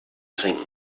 trinken